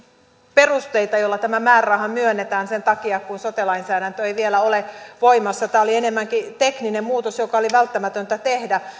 perusteita joilla tämä määräraha myönnetään sen takia kun sote lainsäädäntö ei vielä ole voimassa tämä oli enemmänkin tekninen muutos joka oli välttämätöntä tehdä